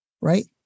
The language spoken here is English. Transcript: Right